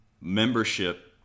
Membership